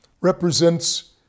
represents